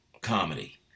comedy